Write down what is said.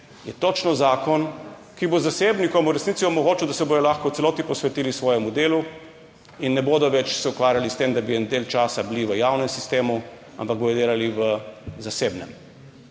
je točno zakon, ki bo zasebnikom v resnici omogočil, da se bodo lahko v celoti posvetili svojemu delu in ne bodo več se ukvarjali s tem, da bi en del časa bili v javnem sistemu, ampak bodo delali v zasebnem.